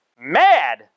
Mad